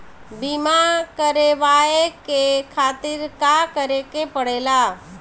बीमा करेवाए के खातिर का करे के पड़ेला?